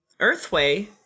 Earthway